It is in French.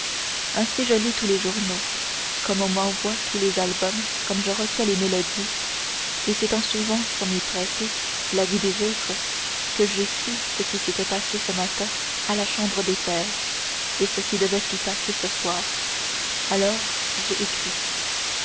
ainsi je lis tous les journaux comme on m'envoie tous les albums comme je reçois toutes les mélodies et c'est en suivant sans m'y prêter la vie des autres que j'ai su ce qui s'était passé ce matin à la chambre des pairs et ce qui devait s'y passer ce soir alors j'ai écrit